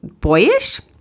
boyish